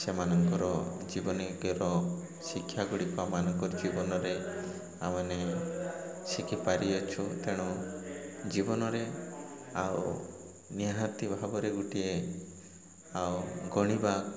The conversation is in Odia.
ସେମାନଙ୍କର ଜୀବନୀକର ଶିକ୍ଷା ଗୁଡ଼ିକ ମାନଙ୍କର ଜୀବନରେ ଆମମାନେ ଶିଖିପାରିଅଛୁ ତେଣୁ ଜୀବନରେ ଆଉ ନିହାତି ଭାବରେ ଗୋଟିଏ ଆଉ ଗଣିବା